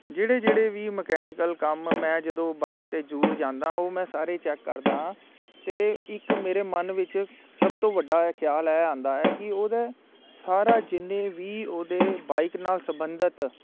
ਜਿਹੜੇ ਜਿਹੜੇ ਵੀ ਮਕੈਨੀਕਲ ਕੰਮ ਮੈਂ ਜਦੋਂ ਬਾਈਕ 'ਤੇ ਜ਼ਰੂਰ ਜਾਂਦਾ ਉਹ ਮੈਂ ਸਾਰੇ ਚੈੱਕ ਕਰਦਾ ਹਾਂ ਅਤੇ ਇੱਕ ਮੇਰੇ ਮਨ ਵਿੱਚ ਸਭ ਤੋਂ ਵੱਡਾ ਹੈ ਖਿਆਲ ਇਹ ਆਉਂਦਾ ਹੈ ਕਿ ਉਹਦਾ ਸਾਰਾ ਜਿੰਨੀ ਵੀ ਉਹਦੇ ਬਾਈਕ ਨਾਲ ਸੰਬੰਧਿਤ